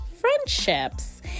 friendships